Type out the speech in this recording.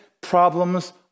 problems